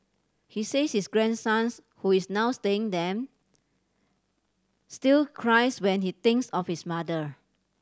he says his grandsons who is now staying them still cries when he thinks of his mother